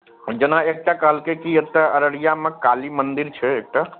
जेना एकटा कहलकै कि एतए अररियामे काली मन्दिर छै एकटा